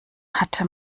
hatte